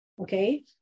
Okay